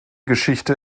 geschichte